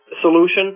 solution